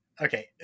Okay